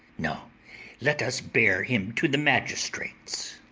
no let us bear him to the magistrates.